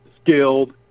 Skilled